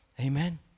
Amen